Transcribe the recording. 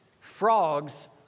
frogs